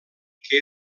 que